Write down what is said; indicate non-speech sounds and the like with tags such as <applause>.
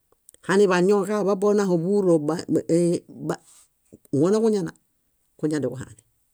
Hani bañõ ġaḃabo onaho búhuro <hesitation> huono ġuñana, kuñadiaġuhanen.